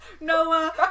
Noah